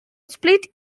split